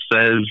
says